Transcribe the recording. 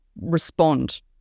respond